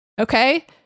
Okay